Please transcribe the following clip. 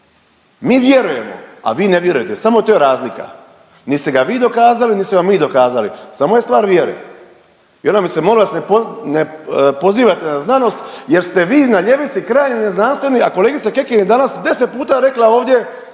Mi vjerujemo, a vi ne vjerujete, samo to je razlika. Nit ste ga vi dokazali, nit smo ga mi dokazali, samo je stvar vjere. Vjerom mi se molim vas ne pozivajte na znanost jer ste vi na ljevici krajnje neznanstveni, a kolegica Kekin je danas 10 puta rekla ovdje,